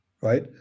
Right